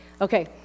Okay